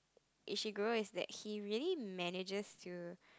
Ishiguro is that he really manages to